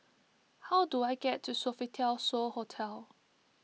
how do I get to Sofitel So Hotel